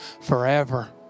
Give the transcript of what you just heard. forever